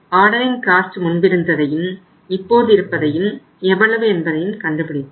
ordering cost முன்பிருந்ததையும் இப்போது இருப்பதையும் எவ்வளவு என்பதையும் கண்டுபிடிப்போம்